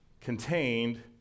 contained